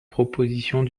propositions